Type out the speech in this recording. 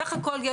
סך הכול,